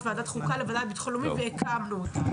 מועדת חוקה לוועדה לביטחון לאומי והקמנו אותה.